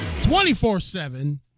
24-7